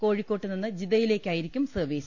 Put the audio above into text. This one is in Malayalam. കോഴിക്കോട്ട് നിന്ന് ജിദ്ദയിലേക്കാ യിരിക്കും സർവീസ്